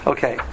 Okay